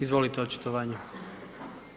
Izvolite, očitovanje.